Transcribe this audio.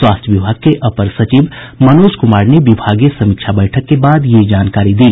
स्वास्थ्य विभाग के अपर सचिव मनोज कुमार ने विभागीय समीक्षा बैठक के बाद यह जानकारी दी